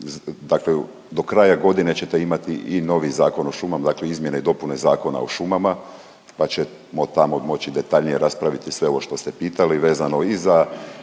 dakle do kraja godine ćete imati i novi Zakon o šumama, dakle izmjene i dopune Zakona o šumama pa ćemo tamo moći detaljnije raspraviti sve ovo što ste pitali vezano i za